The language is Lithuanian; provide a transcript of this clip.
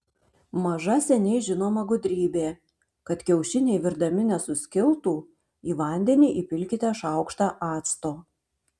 maža seniai žinoma gudrybė kad kiaušiniai virdami nesuskiltų į vandenį įpilkite šaukštą acto